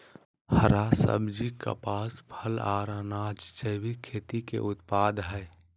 हरा सब्जी, कपास, फल, आर अनाज़ जैविक खेती के उत्पाद हय